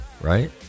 right